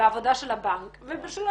יש אמצעים אחרים להתמודד עם המצבים האלה.